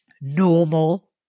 normal